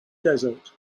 desert